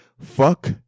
fuck